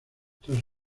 tras